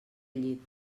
llit